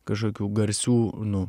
kažkokių garsių nu